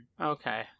okay